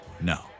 No